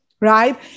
Right